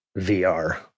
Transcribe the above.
VR